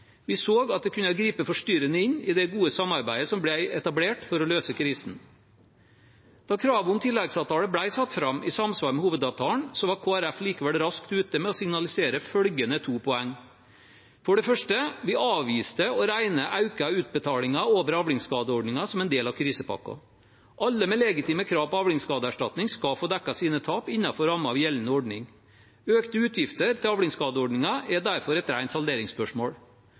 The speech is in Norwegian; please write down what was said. Vi så at det kunne gripe forstyrrende inn i det gode samarbeidet som ble etablert for å løse krisen. Da kravet om en tilleggsavtale ble satt fram i samsvar med hovedavtalen, var Kristelig Folkeparti likevel raskt ute med å signalisere følgende to poeng: For det første: Vi avviste å regne økte utbetalinger over avlingsskadeordningen som en del av krisepakken. Alle med legitime krav på avlingsskadeerstatning skal få dekket sine tap innenfor rammen av gjeldende ordning. Økte utgifter til avlingsskadeordningen er derfor et rent salderingsspørsmål.